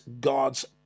God's